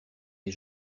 les